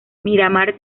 miramar